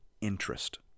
interest